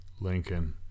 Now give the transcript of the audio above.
Lincoln